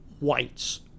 whites